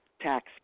tax